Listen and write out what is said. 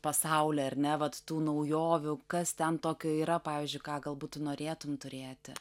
pasaulį ar ne vat tų naujovių kas ten tokio yra pavyzdžiui ką galbūt tu norėtum turėti